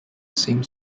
same